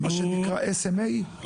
מה שנקרא SMA?